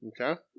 okay